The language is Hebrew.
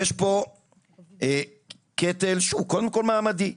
יש פה קטל שהוא קודם כל מעמדי,